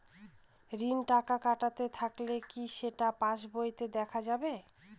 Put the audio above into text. ঋণের টাকা কাটতে থাকলে কি সেটা পাসবইতে দেখা যাবে?